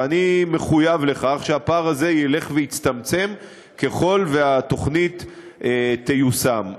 ואני מחויב לכך שהפער ילך ויצטמצם ככל שהתוכנית תיושם.